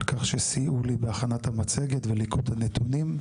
על כך שסייעו לי בהכנת המצגת וליכוד הנתונים.